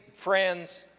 friends,